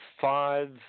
five